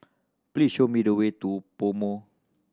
please show me the way to PoMo